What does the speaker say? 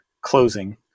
closing